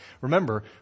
Remember